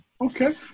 Okay